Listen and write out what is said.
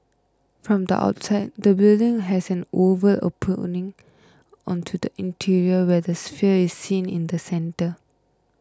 from the outside the building has an oval opening onto the interior where the sphere is seen in the centre